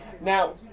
Now